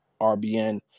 rbn